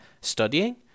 studying